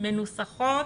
מנוסחות